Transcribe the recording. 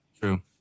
True